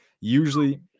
usually